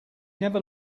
never